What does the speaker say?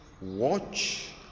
watch